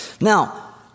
Now